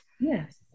Yes